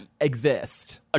exist